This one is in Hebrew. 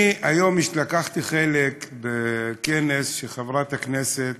אני היום השתתפתי בכנס שעשתה חברת הכנסת